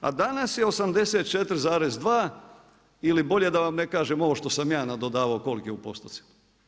A danas je 84,2 ili bolje da vam ne kažem ovo što sam ja nadodavao koliki je u postotcima.